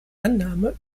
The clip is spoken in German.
annahme